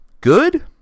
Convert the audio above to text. good